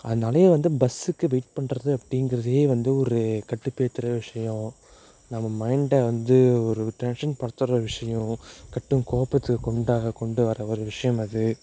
அதனாலையே வந்து பஸ்ஸுக்கு வெயிட் பண்றது அப்படிங்கிறதையே வந்து ஒரு கடுப்பேத்துகிற விஷயம் நம்ம மைண்டை வந்து ஒரு டென்ஷன்படுத்துகிற விஷயம் கடும் கோபத்தை கொண்ட கொண்டு வர ஒரு விஷயம் அது